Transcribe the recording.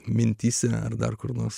mintyse ar dar kur nors